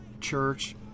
church